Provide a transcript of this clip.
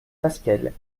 fasquelle